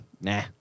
nah